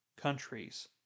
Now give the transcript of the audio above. countries